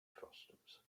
frustums